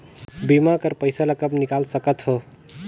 बीमा कर पइसा ला कब निकाल सकत हो?